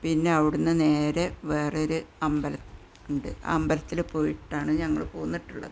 പിന്നെ അവിറ്റെ നിന്നു നേരെ വേറൊരു അമ്പലം ഉണ്ട് ആ അമ്പലത്തില് പോയിട്ടാണ് ഞങ്ങൾ പോന്നിട്ടുള്ളത്